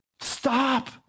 Stop